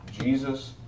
Jesus